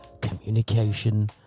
communication